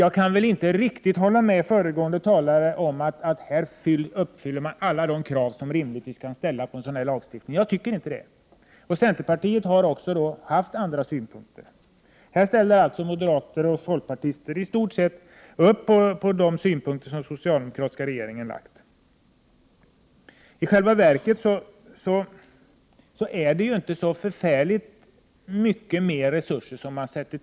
Jag kan inte riktigt hålla med föregående talare om att alla de krav som rimligen kan ställas på lagstiftningen i detta avseende uppfylls. Vi i centerpartiet har andra synpunkter. Här ställer alltså moderater och folkpartister i stort sett upp på de synpunkter som den socialdemokratiska regeringen har fört fram. Men i själva verket är det inte särskilt mycket större resurser som föreslås.